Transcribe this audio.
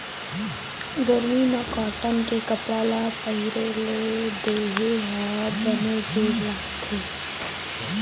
गरमी म कॉटन के कपड़ा ल पहिरे ले देहे ह बने जूड़ लागथे